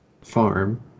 farm